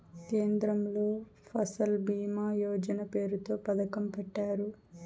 కేంద్రంలో ఫసల్ భీమా యోజన పేరుతో పథకం పెట్టారు